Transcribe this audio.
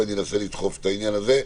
ואני אנסה לדחוף את העניין הזה,